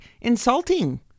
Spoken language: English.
insulting